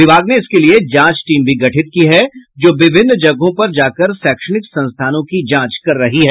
विभाग ने इसके लिये जांच टीम भी गठित की है जो विभिन्न जगहों पर जाकर शैक्षणिक संस्थानों की जांच कर रही है